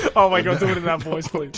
oh my god deliver that voice for that